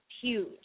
huge